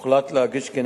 דוד הדרי,